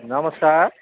नमस्कार